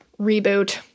reboot